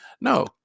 No